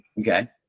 Okay